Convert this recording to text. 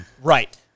Right